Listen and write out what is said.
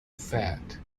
fat